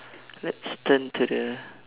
let's turn to the